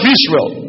Israel